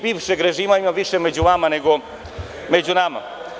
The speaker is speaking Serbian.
Bivšeg režima ima više među vama nego među nama.